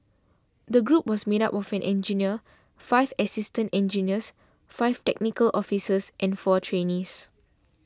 the group was made up of an engineer five assistant engineers five technical officers and four trainees